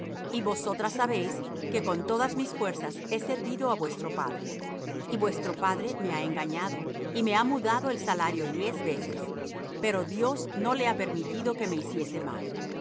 y vosotras sabéis que con todas mis fuerzas he servido á vuestro padre y vuestro padre me ha engañado y me ha mudado el salario diez veces pero dios no le ha permitido que me hiciese mal